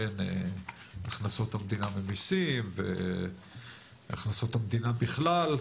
הכנסות המדינה ממסים והכנסות המדינה בכלל,